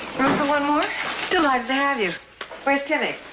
room for one more. delighted to have you. where's timmy?